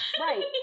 right